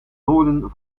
noorden